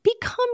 become